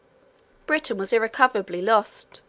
britain was irrecoverably lost.